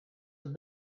have